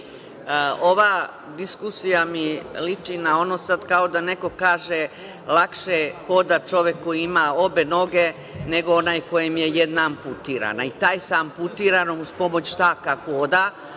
Ova diskusija mi liči na ono sad kao da neko kaže lakše hoda čovek koji ima obe noge nego onaj kojem je jedna amputirana. I taj sa amputiranom uz pomoć štaka hoda,